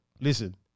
Listen